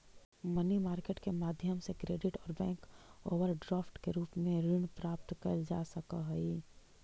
money market के माध्यम से क्रेडिट और बैंक ओवरड्राफ्ट के रूप में ऋण प्राप्त कैल जा सकऽ हई